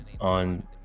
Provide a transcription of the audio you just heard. on